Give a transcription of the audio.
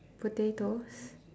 potatoes